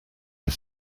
the